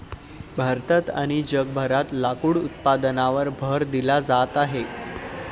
भारतात आणि जगभरात लाकूड उत्पादनावर भर दिला जात आहे